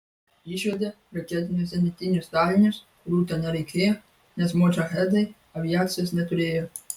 išvedė raketinius zenitinius dalinius kurių ten nereikėjo nes modžahedai aviacijos neturėjo